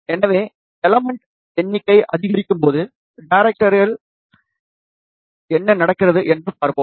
எனவே எலமென்ட் எண்ணிக்கை அதிகரிக்கும்போது டேரைக்டரைகளை என்ன நடக்கிறது என்று பார்ப்போம்